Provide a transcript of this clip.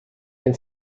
den